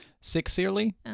Sincerely